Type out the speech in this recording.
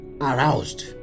Aroused